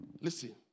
Listen